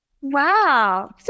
wow